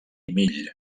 mill